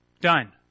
done